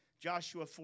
Joshua